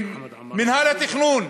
עם מינהל התכנון.